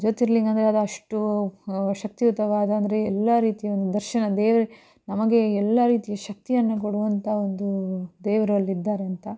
ಜ್ಯೋತಿರ್ಲಿಂಗ ಅಂದರೆ ಅದಷ್ಟು ಶಕ್ತಿಯುತವಾದ ಅಂದರೆ ಎಲ್ಲ ರೀತಿಯ ಒಂದು ದರ್ಶನ ದೇವ್ರು ನಮಗೆ ಎಲ್ಲ ರೀತಿಯ ಶಕ್ತಿಯನ್ನು ಕೊಡುವಂಥ ಒಂದು ದೇವರು ಅಲ್ಲಿದ್ದಾರೆ ಅಂತ